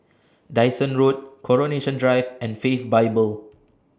Dyson Road Coronation Drive and Faith Bible